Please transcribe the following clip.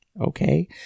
okay